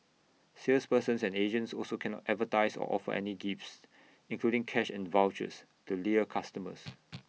salespersons and agents also cannot advertise or offer any gifts including cash and vouchers to lure customers